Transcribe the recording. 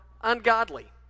ungodly